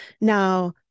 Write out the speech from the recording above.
Now